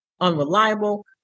unreliable